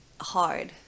hard